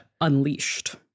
unleashed